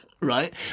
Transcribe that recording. Right